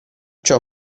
ciò